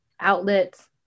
outlets